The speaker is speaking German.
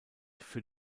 für